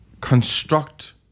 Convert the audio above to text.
construct